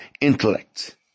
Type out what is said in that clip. intellect